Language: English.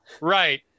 Right